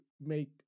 make